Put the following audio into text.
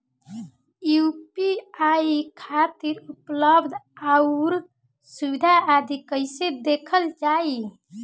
UPI खातिर उपलब्ध आउर सुविधा आदि कइसे देखल जाइ?